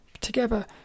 together